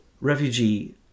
refugee